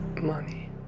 money